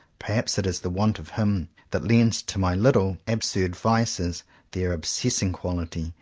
perhaps it is the want of him that lends to my little absurd vices their obsessing quality,